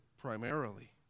primarily